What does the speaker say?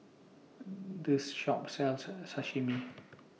This Shop sells Sashimi